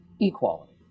Equality